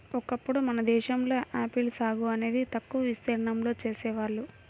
ఒకప్పుడు మన దేశంలో ఆపిల్ సాగు అనేది తక్కువ విస్తీర్ణంలో చేసేవాళ్ళు